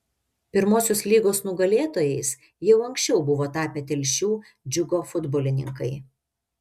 pirmosios lygos nugalėtojais jau anksčiau buvo tapę telšių džiugo futbolininkai